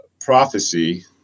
prophecy